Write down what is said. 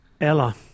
Ella